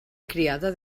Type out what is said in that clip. criada